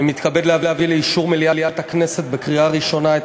אני מתכבד להביא לאישור מליאת הכנסת בקריאה ראשונה את